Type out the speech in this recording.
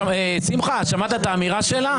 שמחה, שמעת את האמירה שלה?